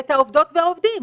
ואת העובדות והעובדים,